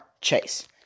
Chase